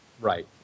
Right